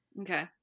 okay